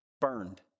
burned